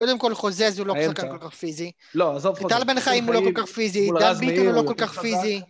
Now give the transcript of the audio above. קודם כל חוזה אז הוא לא שחקן כל כך פיזי. לא, עזוב חוזה, טל בן חיים הוא לא כל כך פיזי, דן ביטון הוא לא כל כך פיזי